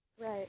Right